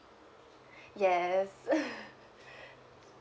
yes